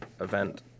event